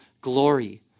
glory